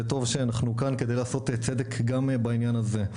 וטוב שאנחנו כאן כדי לעשות צדק גם בעניין הזה.